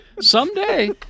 someday